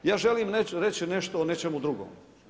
Ja želim reći nešto o nečemu drugom.